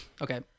Okay